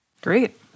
Great